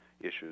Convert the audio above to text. issues